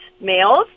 males